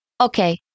Okay